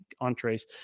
entrees